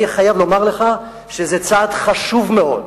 אני חייב לומר לך שזה צעד חשוב מאוד